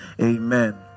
amen